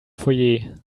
foyer